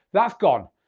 that's gone.